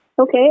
Okay